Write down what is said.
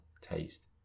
taste